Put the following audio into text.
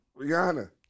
Rihanna